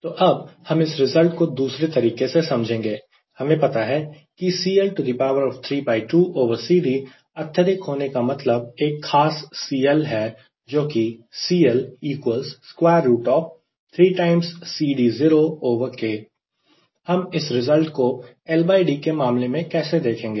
तो अब हम इस रिजल्ट को दूसरे तरीके से समझेंगे हमें पता है कि CL32CD अत्यधिक होने का मतलब एक खास CL है जो कि हम इस रिजल्ट को LD के मामले में कैसे देखेंगे